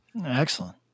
Excellent